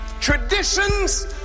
traditions